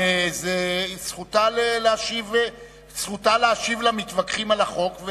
זו זכותה להשיב למתווכחים על החוק,